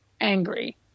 angry